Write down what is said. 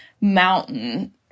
mountain